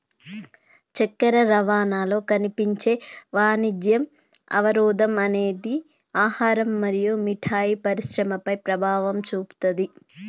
చక్కెర రవాణాలో కనిపించే వాణిజ్య అవరోధం అనేది ఆహారం మరియు మిఠాయి పరిశ్రమపై ప్రభావం చూపుతాది